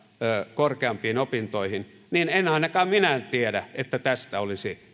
korkeampiin opintoihin niin en ainakaan minä tiedä että tästä olisi